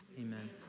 amen